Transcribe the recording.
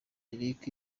eric